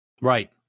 Right